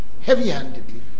heavy-handedly